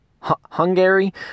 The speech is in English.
Hungary